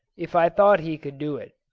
if i thought he could do it.